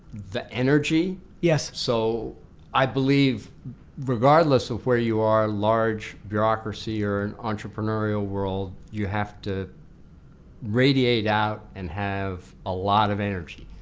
the energy. so i believe regardless of where you are, large bureaucracy or an entrepreneurial world you have to radiate out and have a lot of energy.